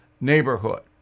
neighborhood